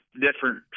different